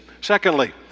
Secondly